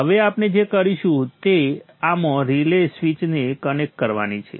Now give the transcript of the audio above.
હવે આપણે જે કરીશું તે આમાં રિલે સ્વીચને કનેક્ટ કરવાની છે